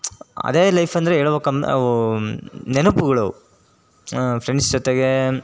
ಅದೇ ಲೈಫಂದರೆ ಹೇಳ್ಬೇಕಂದು ಅವು ನೆನಪುಗಳು ಅವು ಫ್ರೆಂಡ್ಸ್ ಜೊತೆಗೆ